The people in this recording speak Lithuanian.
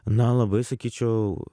na labai sakyčiau